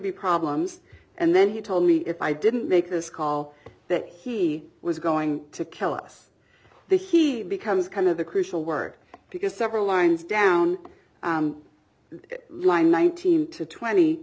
be problems and then he told me if i didn't make this call that he was going to kill us the he becomes kind of the crucial work because several lines down the line one thousand to twenty